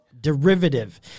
Derivative